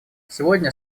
сегодня